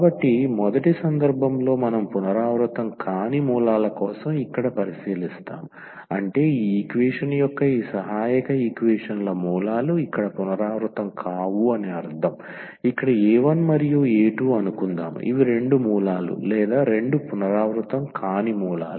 కాబట్టి మొదటి సందర్భంలో మనం పునరావృతం కాని మూలాల కోసం ఇక్కడ పరిశీలిస్తాము అంటే ఈ ఈక్వేషన్ యొక్క ఈ సహాయక ఈక్వేషన్ ల మూలాలు ఇక్కడ పునరావృతం కావు అని అర్ధం ఇక్కడ a1 మరియు a2 అనుకుందాం ఇవి రెండు మూలాలు లేదా రెండు పునరావృతం కాని మూలాలు